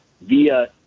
via